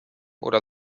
oder